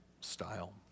style